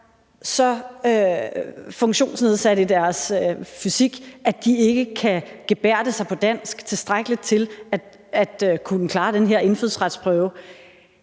en funktionsnedsættelse, at de ikke kan gebærde sig på dansk i tilstrækkelig grad til at kunne klare den her indfødsretsprøve,